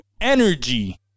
energy